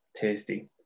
Tasty